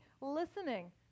listening